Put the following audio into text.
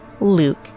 luke